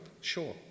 sure